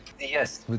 Yes